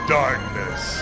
darkness